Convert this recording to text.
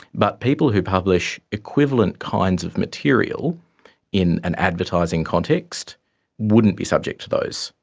but people who publish equivalent kinds of material in an advertising context wouldn't be subject to those.